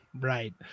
Right